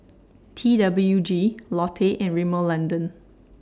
T W G Lotte and Rimmel London